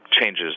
changes